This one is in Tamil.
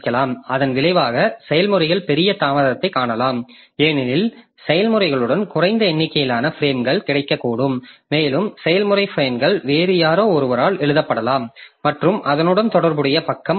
இதன் விளைவாக செயல்முறைகள் பெரிய தாமதத்தைக் காணலாம் ஏனெனில் செயல்முறைகளுடன் குறைந்த எண்ணிக்கையிலான பிரேம்கள் கிடைக்கக்கூடும் மேலும் செயல்முறை பிரேம்கள் வேறு யாரோ ஒருவரால் எழுதப்படலாம் மற்றும் அதனுடன் தொடர்புடைய பக்கம் மாற்றப்படும்